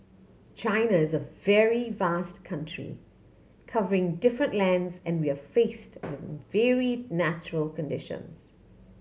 China is a very vast country covering different lands and we are faced with vary natural conditions